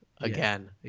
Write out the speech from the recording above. Again